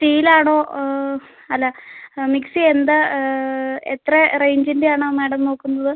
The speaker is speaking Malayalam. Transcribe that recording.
സ്റ്റീൽ ആണോ അല്ല ആ മിക്സി എന്താണ് എത്ര റേഞ്ചിന്റെ ആണ് മേഡം നോക്കുന്നത്